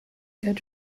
good